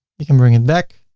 you can bring it back.